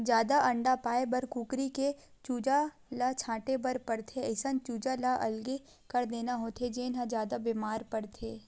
जादा अंडा पाए बर कुकरी के चूजा ल छांटे बर परथे, अइसन चूजा ल अलगे कर देना होथे जेन ह जादा बेमार परथे